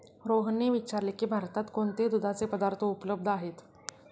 रोहनने विचारले की भारतात कोणते दुधाचे पदार्थ उपलब्ध आहेत?